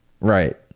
right